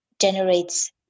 generates